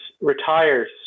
retires